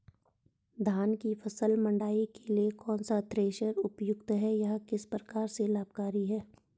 धान की फसल मड़ाई के लिए कौन सा थ्रेशर उपयुक्त है यह किस प्रकार से लाभकारी है?